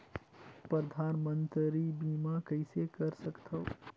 परधानमंतरी बीमा कइसे कर सकथव?